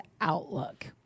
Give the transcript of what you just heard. outlook